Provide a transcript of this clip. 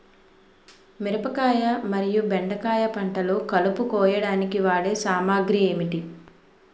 మిరపకాయ మరియు బెండకాయ పంటలో కలుపు కోయడానికి వాడే సామాగ్రి ఏమిటి?